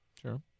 sure